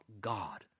God